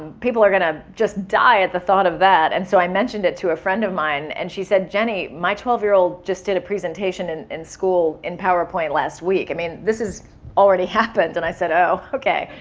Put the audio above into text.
people are gonna just die at the thought of that. and so i mentioned it to a friend of mine and she said, jenny, my twelve-year old just did a presentation and in school in powerpoint last week. i mean, this has already happened. and i said oh, ok.